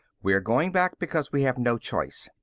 we are going back because we have no choice.